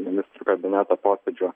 ministrų kabineto posėdžio